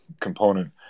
component